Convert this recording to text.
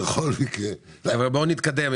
בכל מקרה --- בואו נתקדם,